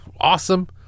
Awesome